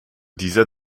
dieser